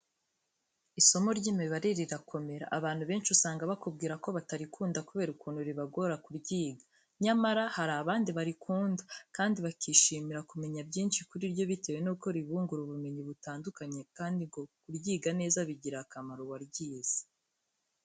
Isomo ry'imibare rirakomera. Abantu benshi usanga bakubwira ko batarikunda kubera ukuntu ribagora kuryiga. Nyamara, hari abandi barikunda, kandi bakishimira kumenya byinshi kuri ryo bitewe nuko ribungura ubumenyi butandukanye, kandi ngo kuryiga neza bigirira akamaro uwaryize.